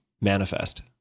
manifest